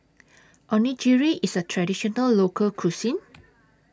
Onigiri IS A Traditional Local Cuisine